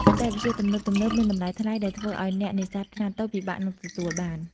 បច្ចេកវិទ្យាទំនើបៗមានតម្លៃថ្លៃ ដែលធ្វើឲ្យអ្នកនេសាទខ្នាតតូចពិបាកនឹងទទួលបាន។